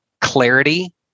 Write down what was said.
Clarity